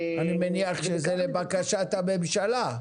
אני מניח שזה לבקשת הממשלה.